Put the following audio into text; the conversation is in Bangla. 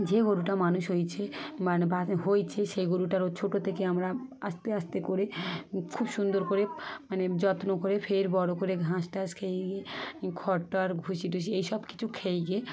যে গরুটা মানুষ হয়েছে মানে বা হয়েছে সেই গরুটারও ছোটো থেকে আমরা আস্তে আস্তে করে খুব সুন্দর করে মানে যত্ন করে ফের বড়ো করে ঘাস টাস খেয়ে গিয়ে খর টর ভুষি টুষি এই সব কিছু খেয়ে গিয়ে